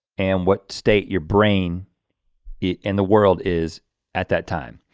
and what state your brain in the world is at that time.